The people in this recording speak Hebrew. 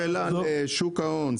שאלה על שוק ההון,